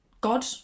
god